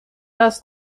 است